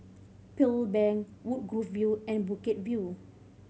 Pearl Bank Woodgrove View and Bukit View